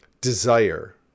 desire